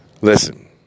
Listen